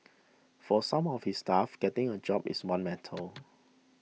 for some of his staff getting a job is one matter